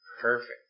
Perfect